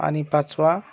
आणि पाचवा